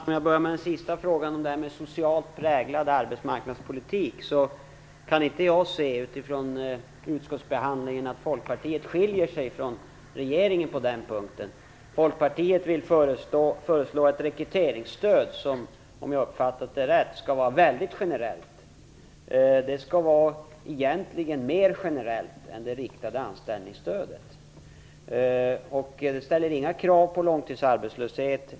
Herr talman! Jag vill börja med den avslutande frågan om socialt präglad arbetsmarknadspolitik. Utifrån utskottsbehandlingen kan jag inte se att Folkpartiet skiljer sig från regeringen på den punkten. Folkpartiet föreslår ett rekryteringsstöd som - om jag har uppfattat det rätt - skall vara väldigt generellt. Egentligen skall det vara mera generellt än det riktade anställningsstödet. Man ställer inga krav på långtidsarbetslöshet.